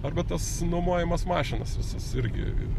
arba tas nuomojamas mašinas visas irgi